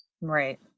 Right